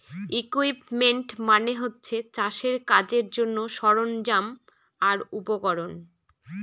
equipment মানে হচ্ছে চাষের কাজের জন্যে সরঞ্জাম আর উপকরণ